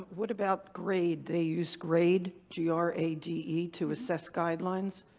um what about grade? they use grade g r a d e to assess guidelines.